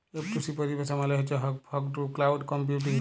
F two C পরিষেবা মালে হছ ফগ টু ক্লাউড কম্পিউটিং